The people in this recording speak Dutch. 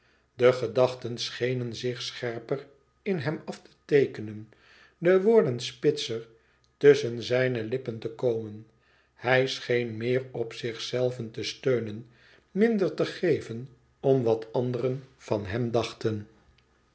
de gedachten schenen zich scherper in hem af te teekenen de woorden spitser tusschen zijne lippen te komen hij scheen meer op zichzelven te steunen minder te geven om wat anderen van hem dachten